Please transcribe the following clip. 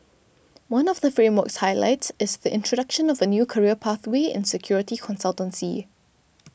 one of the framework's highlights is the introduction of a new career pathway in security consultancy